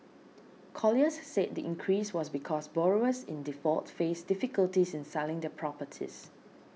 Colliers said the increase was because borrowers in default faced difficulties in selling their properties